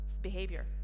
behavior